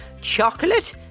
Chocolate